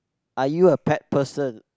are you a pet person